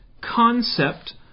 concept